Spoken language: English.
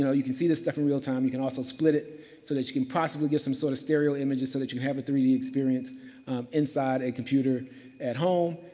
you know you can see the stuff in real time, you can also split it so that you can possibly get some sort of stereo images so that you can have a three d experience inside a computer at home.